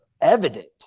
evident